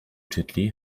titley